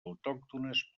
autòctones